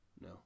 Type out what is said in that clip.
No